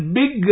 big